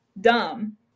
Dumb